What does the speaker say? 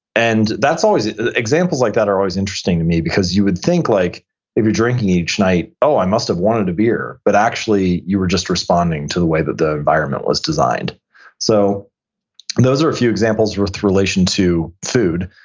and examples like that are always interesting to me because you would think like if you're drinking each night, oh, i must have wanted a beer. but actually you were just responding to the way that the environment was designed so those are a few examples with relation to food.